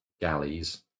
galleys